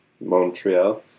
Montreal